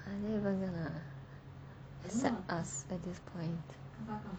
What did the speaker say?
are they even going to accept us at this point